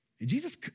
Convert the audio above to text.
Jesus